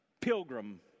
Pilgrim